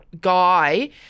guy